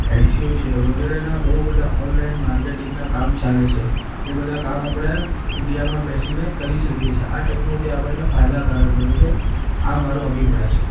SEO છે વગેરેના બહુ બધા ઓનલાઈન માર્કેટિંગનાં કામ ચાલે છે એ બધા કામ આપણે ઈન્ડિયામાં બેસીને કરી શકીએ છીએ આ ટેક્નોલૉજી આપણને ફાયદાકારક બને છે આ મારો અભિપ્રાય છે